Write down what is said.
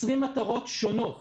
מטרות שונות